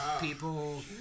people